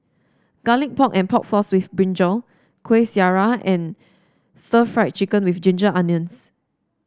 Garlic Pork and Pork Floss with brinjal Kueh Syara and Stir Fried Chicken with Ginger Onions